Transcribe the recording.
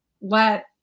let